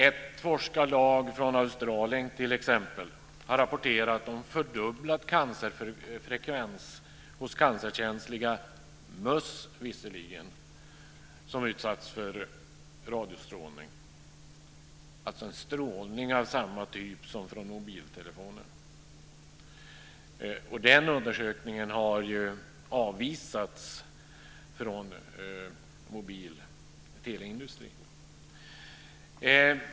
Ett forskarlag från Australien har t.ex. rapporterat om fördubblad cancerfrekvens - hos cancerkänsliga möss visserligen. De utsattes för radiostrålning, alltså strålning av samma typ som från mobiltelefoner. Den undersökningen har ju avvisats från mobilteleindustrin.